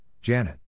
Janet